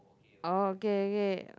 oh okay okay